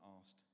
asked